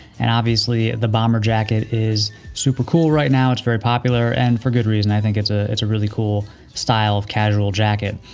and obviously, the bomber jacket is super cool. right now, it's very popular and for good reason, i think it's a, it's a really cool style of casual jacket.